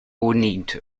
need